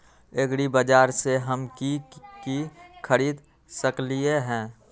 एग्रीबाजार से हम की की खरीद सकलियै ह?